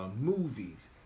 movies